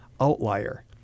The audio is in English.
Outlier